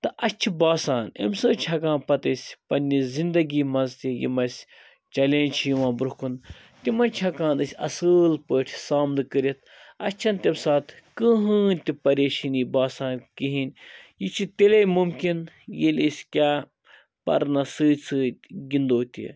تہٕ اَسہِ چھِ باسان اَمہِ سۭتۍ چھ ہٮ۪کان پَتہٕ أسۍ پَننہِ زِندَگی مَنٛز تہِ یِم اَسہِ چیٚلینٛج چھِ یِوان برٛونٛہہ کُن تِمَے چھِ ہٮ۪کان أسۍ اصٕل پٲٹھۍ سامنہٕ کٔرِتھ اسہ چھَنہٕ تَمہِ ساتہٕ کٕہۭنۍ تہِ پریشٲنی باسان کِہیٖنۍ یہِ چھِ تیٚلے مُمکِن ییٚلہِ أسۍ کیٛاہ پَرنَس سۭتۍ سۭتۍ گِندو تہِ